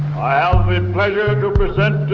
i ah but and present to